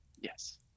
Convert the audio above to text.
Yes